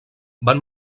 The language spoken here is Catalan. van